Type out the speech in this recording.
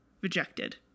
rejected